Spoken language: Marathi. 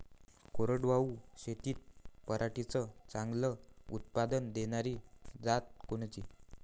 कोरडवाहू शेतीत पराटीचं चांगलं उत्पादन देनारी जात कोनची?